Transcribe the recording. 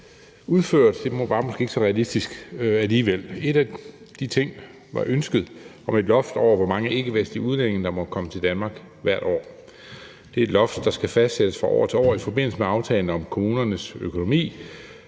fordi det måske ikke var så realistisk alligevel. En af de ting var ønsket om et loft over, hvor mange ikkevestlige udlændinge der måtte komme til Danmark hvert år. Det er et loft, der skal fastsættes fra år til år i forbindelse med aftalen om kommunernes økonomi